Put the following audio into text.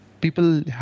people